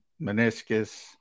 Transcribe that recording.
meniscus